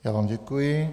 Já vám děkuji.